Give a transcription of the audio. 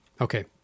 Okay